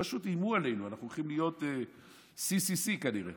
פשוט איימו עלינו: אנחנו הולכים להיות CCC כנראה